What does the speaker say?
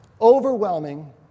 overwhelming